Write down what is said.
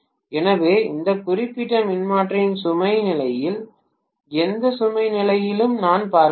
எனவே இந்த குறிப்பிட்ட மின்மாற்றியின் சுமை நிலையில் எந்த சுமை நிலையையும் நான் பார்க்கவில்லை